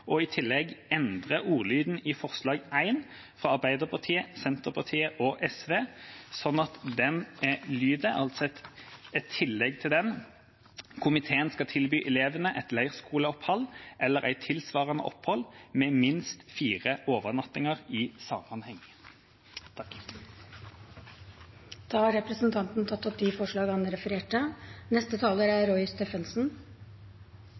og i tillegg endre ordlyden i forslag nr. 1, fra Arbeiderpartiet, Senterpartiet og SV, slik at det lyder: «Kommunen skal tilby elevane eit leirskuleopphald eller eit tilsvarande opphald med minst fire overnattingar i samanheng.» Representanten Torstein Tvedt Solberg har tatt opp de forslag han refererte